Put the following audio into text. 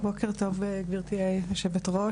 בוקר טוב, גבירתי היושבת-ראש.